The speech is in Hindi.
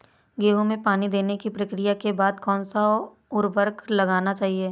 गेहूँ में पानी देने की प्रक्रिया के बाद कौन सा उर्वरक लगाना चाहिए?